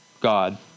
God